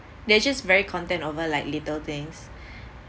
they are just very content over like little things